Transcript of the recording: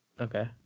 okay